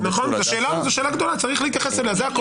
זו שאלה גדולה, צריך להתייחס אליה.